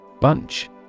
Bunch